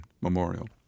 Memorial